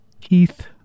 Keith